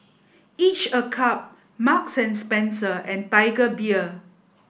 each a cup Marks and Spencer and Tiger Beer